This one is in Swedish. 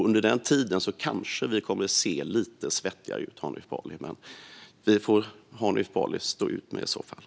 Under den tiden kommer vi kanske att se lite svettiga ut, Hanif Bali. Men det får Hanif Bali i så fall stå ut med.